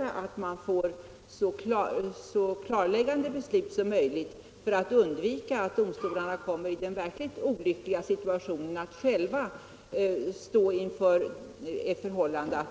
Ett så klarläggande beslut som möjligt krävs för att undvika att domstolarna kommer i den verkligt olyckliga situationen att själva